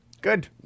good